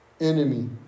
Enemy